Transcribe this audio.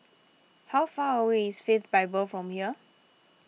how far away is Faith Bible from here